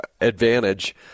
advantage